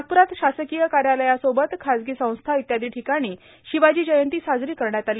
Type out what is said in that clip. नागप्रात शासकीय कार्यालासोबत खाजगी संस्था इत्यादी ठिकाणी शिवाजी जयंती साजरी करण्यात आली